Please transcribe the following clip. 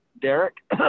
Derek